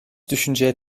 düşünceye